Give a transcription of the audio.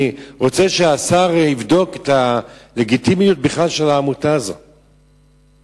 אני רוצה שהשר יבדוק את הלגיטימיות של העמותה הזאת בכלל.